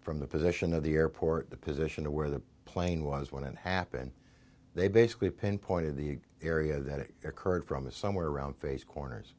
from the position of the airport the position to where the plane was when it happened they basically pinpointed the area that it occurred from somewhere around face corners